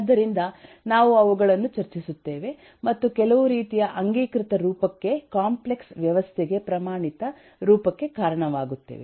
ಆದ್ದರಿಂದ ನಾವು ಅವುಗಳನ್ನು ಚರ್ಚಿಸುತ್ತೇವೆ ಮತ್ತು ಕೆಲವು ರೀತಿಯ ಅಂಗೀಕೃತ ರೂಪಕ್ಕೆ ಕಾಂಪ್ಲೆಕ್ಸ್ ವ್ಯವಸ್ಥೆಗೆ ಪ್ರಮಾಣಿತ ರೂಪಕ್ಕೆ ಕಾರಣವಾಗುತ್ತೇವೆ